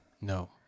no